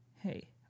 hey